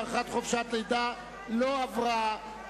הארכת חופשת לידה) לא התקבלה,